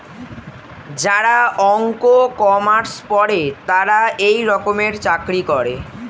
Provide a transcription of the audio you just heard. যারা অঙ্ক, কমার্স পরে তারা এই রকমের চাকরি করে